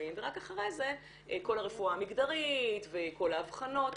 ורק אחרי זה כל הרפואה המגדרית וכל האבחנות.